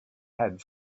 had